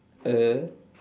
a